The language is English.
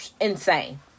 insane